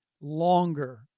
longer